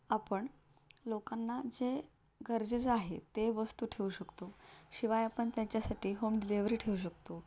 आपण लोकांना जे गरजेचं आहे ते वस्तू ठेऊ शकतो शिवाय आपण त्यांच्यासाठी होम डिलेवरी ठेवू शकतो